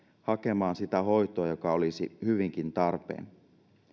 hakemaan sitä hoitoa joka olisi hyvinkin tarpeen